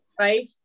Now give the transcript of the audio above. right